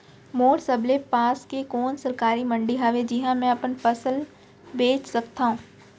मोर सबले पास के कोन सरकारी मंडी हावे जिहां मैं अपन फसल बेच सकथव?